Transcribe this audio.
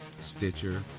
Stitcher